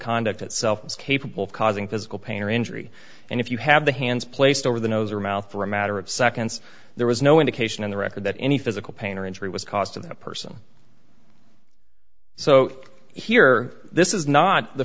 conduct itself is capable of causing physical pain or injury and if you have the hands placed over the nose or mouth for a matter of seconds there was no indication in the record that any physical pain or injury was caused to the person so here this is not